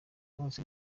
hose